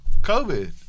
COVID